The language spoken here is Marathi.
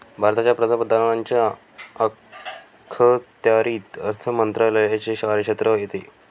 भारताच्या पंतप्रधानांच्या अखत्यारीत अर्थ मंत्रालयाचे कार्यक्षेत्र येते